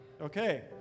okay